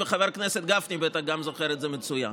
וגם חבר הכנסת גפני בטח זוכר את זה מצוין.